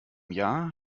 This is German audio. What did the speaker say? jahr